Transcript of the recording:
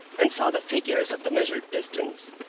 and saw the figures of the measured distance,